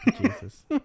Jesus